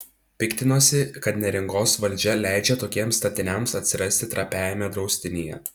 piktinosi kad neringos valdžia leidžia tokiems statiniams atsirasti trapiajame draustinyje